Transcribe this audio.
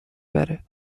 بره